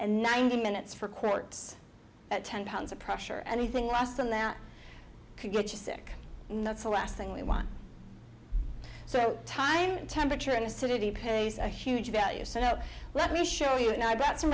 and ninety minutes for quartz at ten pounds of pressure anything lost on them could get you sick and that's the last thing we want so time and temperature in a city pays a huge value so let me show you and i've got some